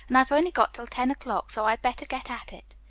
and i've only got till ten o'clock, so i better get at it.